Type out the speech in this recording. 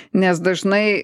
nes dažnai